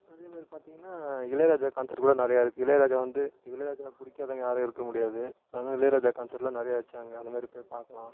அதே மாதிரி பார்த்தீங்கன்னா இளையராஜா கான்சப்ட் கூட நிறையா இருக்குது இளையராஜா வந்து இளையராஜா பிடிக்காதவிங்க யாரும் இருக்க முடியாது அதான் இளையராஜா கான்ஸ்சப்ட்லாம் நிறையா வச்சாங்க அந்த மாரி போய் பார்க்கலாம்